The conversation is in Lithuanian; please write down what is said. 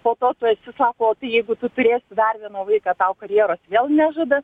poto tu esi sako o tai jeigu tu turėsi dar vieną vaiką tau karjeros vėl nežada